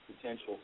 potential